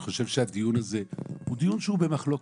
אני חושב שהדיון הזה הוא דיון שהוא במחלוקת.